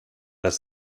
das